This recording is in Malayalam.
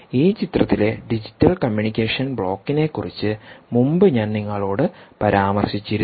ഈ ചിത്രത്തിലെ ഡിജിറ്റൽ കമ്മ്യൂണിക്കേഷൻ ബ്ലോക്കിനെക്കുറിച്ച് മുമ്പ് ഞാൻ നിങ്ങളോട് പരാമർശിച്ചിരുന്നു